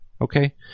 Okay